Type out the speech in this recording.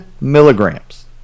milligrams